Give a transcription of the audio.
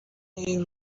این